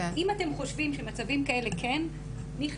אם אתם חושבים שמצבים כאלה כן נכנסים,